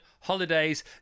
holidays